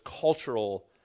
cultural